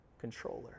controller